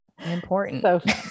Important